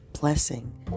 blessing